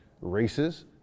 races